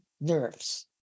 nerves